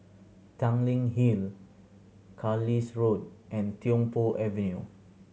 Tanglin Hill Road and Tiong Poh Avenue